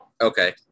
Okay